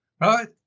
right